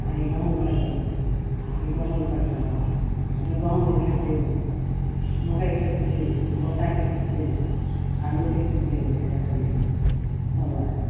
अभी गहूँम कटि अभी गहूँम कटि रहलै अभी गहूँमके खेती मकैके खेती गोटाके खेती आलूके खेती रहड़ी होबै है